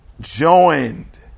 joined